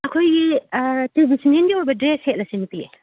ꯑꯩꯈꯣꯏꯒꯤ ꯇ꯭ꯔꯦꯗꯤꯁꯅꯦꯜꯒꯤ ꯑꯣꯏꯕ ꯗ꯭ꯔꯦꯁ ꯁꯦꯠꯂꯁꯦ ꯅꯨꯄꯤ